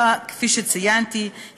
כפי שציינתי,